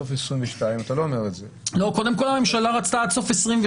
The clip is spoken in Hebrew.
אתה לא אומר שהממשלה רצתה עד סוף 2022